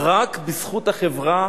רק בזכות החברה